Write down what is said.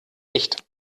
nicht